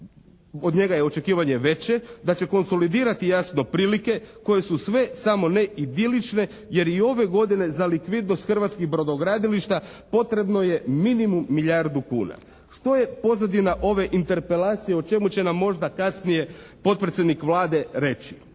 od njega je očekivanje veće da će konsolidirati jasno prilike koje su sve samo ne idilične, jer i ove godine za likvidnost hrvatskih brodogradilišta potrebno je minimum milijardu kuna, što je pozadina ove interpelacije, o čemu će nam možda kasnije potpredsjednik Vlade reći,